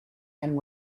and